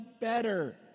better